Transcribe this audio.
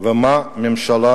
ומה הממשלה